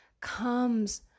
comes